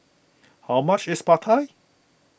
how much is Pad Thai